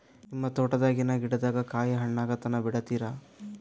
ನಿಮ್ಮ ತೋಟದಾಗಿನ್ ಗಿಡದಾಗ ಕಾಯಿ ಹಣ್ಣಾಗ ತನಾ ಬಿಡತೀರ?